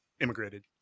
immigrated